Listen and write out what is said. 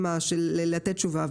כדי לתת תשובה.